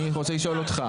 אני רוצה לשאול אותך.